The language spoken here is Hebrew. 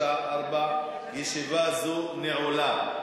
בשעה 16:00. ישיבה זו נעולה.